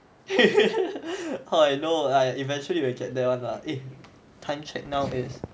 how I know ah eventually you will get there one lah eh time check now is